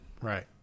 Right